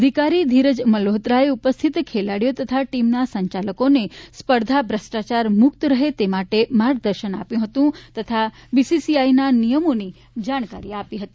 અધિકારી ધીરજ મલ્હોત્રાએ ઉપસ્થિત ખેલાડીઓ તથા ટીમના સંચાલકોને સ્પર્ધા ભ્રષ્ટાચાર મુક્ત રહે તે માટે માર્ગદર્શન આપ્યું હતું તથા બીસીસીઆઈના નિયમોની જાણકારી આપી હતી